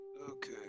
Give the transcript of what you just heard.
Okay